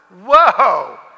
Whoa